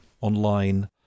online